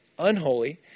unholy